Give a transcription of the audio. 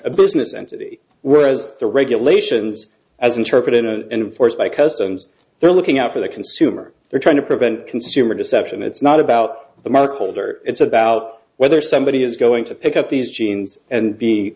a business entity whereas the regulations as interpreted and forced by customs they're looking out for the consumer they're trying to prevent consumer deception it's not about the medical dirt it's about whether somebody is going to pick up these jeans and be